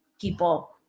people